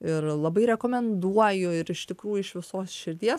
ir labai rekomenduoju ir iš tikrųjų iš visos širdies